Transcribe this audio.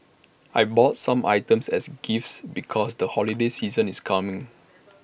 I bought some items as gifts because the holiday season is coming